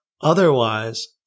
Otherwise